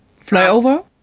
flyover